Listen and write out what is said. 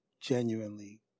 genuinely